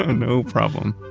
ah no problem!